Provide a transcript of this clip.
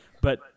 But-